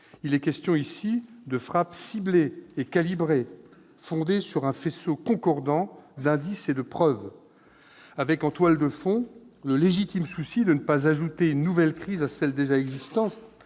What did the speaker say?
Il est question ici de frappes ciblées et calibrées, fondées sur un faisceau concordant d'indices et de preuves. Avec, en toile de fond, le légitime souci de ne pas ajouter une nouvelle crise à celles, déjà existantes,